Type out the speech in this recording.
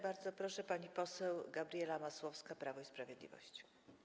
Bardzo proszę, pani poseł Gabriela Masłowska, Prawo i Sprawiedliwość.